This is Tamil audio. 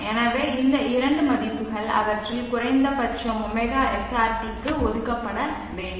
எனவே இந்த இரண்டு மதிப்புகள் அவற்றில் குறைந்தபட்சம் ωSRT க்கு ஒதுக்கப்பட வேண்டும்